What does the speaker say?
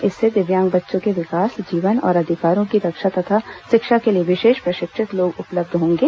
इससे दिव्यांग बच्चों के विकास जीवन और अधिकारों की रक्षा तथा शिक्षा के लिए विशेष प्रशिक्षित लोग उपलब्ध होंगे